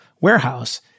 warehouse